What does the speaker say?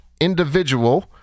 individual